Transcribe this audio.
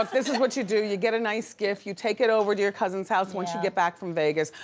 this is what you do. you get a nice gift, you take it over to your cousin's house once you get back from vegas.